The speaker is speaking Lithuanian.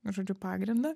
žodžiu pagrindą